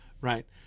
right